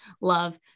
love